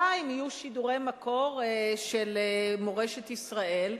אם יהיו שידורי מקור של מורשת ישראל.